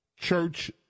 Church